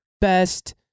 best